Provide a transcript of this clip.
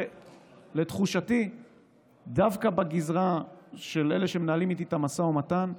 שלתחושתי דווקא בגזרה של אלה שמנהלים איתי את המשא ומתן,